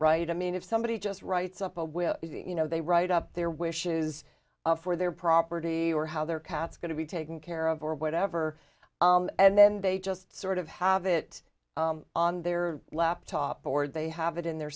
right i mean if somebody just writes up a will you know they write up their wishes for their property or how their cat's going to be taken care of or whatever and then they just sort of have it on their laptop or they have it in their